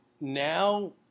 now